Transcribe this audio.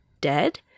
dead